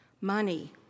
money